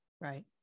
Right